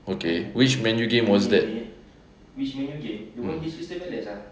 okay which man U game was that mm